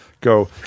go